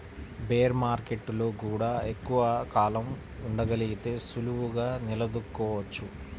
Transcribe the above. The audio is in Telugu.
బేర్ మార్కెట్టులో గూడా ఎక్కువ కాలం ఉండగలిగితే సులువుగా నిలదొక్కుకోవచ్చు